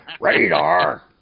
Radar